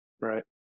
Right